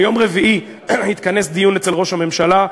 ביום רביעי יתכנס דיון אצל ראש הממשלה,